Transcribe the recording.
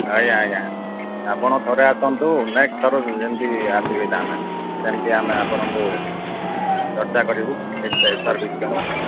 ଆଜ୍ଞା ଆଜ୍ଞା ଆପଣ ଥରେ ଆସନ୍ତୁ ନେକ୍ ଥର ଯେମିତି ଆସିବେ ତା ନା ସେମିତି ଆମେ ଆପଣଙ୍କୁ ଚର୍ଚ୍ଚା କରିବୁ ଠିକ୍ ଟାଇପ୍ ସର୍ଭିସ୍ ଦମ